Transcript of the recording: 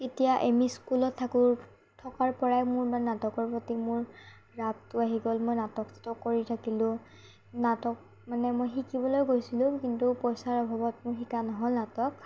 এতিয়া M E স্কুলত থাকোঁ থকাৰ পৰাই মোৰ ইমান নাটকৰ প্ৰতি মোৰ ৰাপটো আহি গ'ল মই নাটক চাটক কৰি থাকিলোঁ নাটক মানে মই শিকিবলৈয়ো গৈছিলোঁ কিন্তু পইচাৰ অভাৱত মোৰ শিকা নহ'ল নাটক